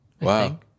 Wow